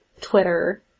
Twitter